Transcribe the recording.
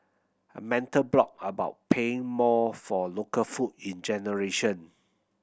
a mental block about paying more for local food in generation